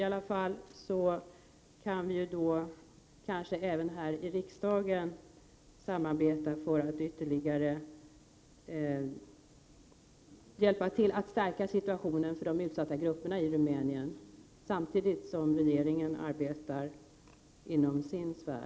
Fru talman! O.K. Vi kan kanske också här i riksdagen samarbeta för att ytterligare hjälpa till att förbättra situationen för de utsatta grupperna i Rumänien, samtidigt som regeringen arbetar inom sin sfär.